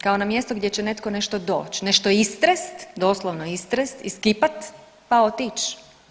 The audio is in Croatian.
Kao na mjesto gdje će netko nešto doći, nešto istrest, doslovno istrest, iskipat pa otić.